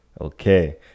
Okay